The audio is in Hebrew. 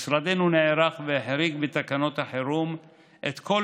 משרדנו נערך והחריג בתקנות החירום את כל